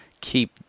keep